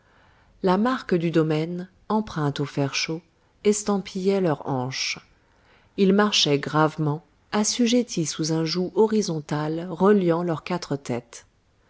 la marque du domaine empreinte au fer chaud estampillait leurs hanches ils marchaient gravement assujettis sous un joug horizontal reliant leurs quatre têtes